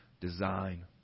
design